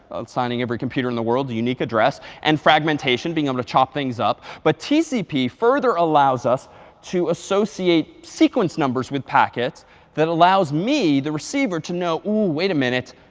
signing every computer in the world a unique address, and fragmentation, being able to chop things up. but tcp further allows us to associate sequence numbers with packets that allows me the receiver to know, wait a minute,